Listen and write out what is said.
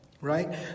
right